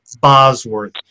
Bosworth